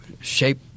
shape